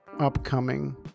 upcoming